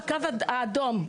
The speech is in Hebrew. בקו האדום,